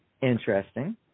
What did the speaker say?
Interesting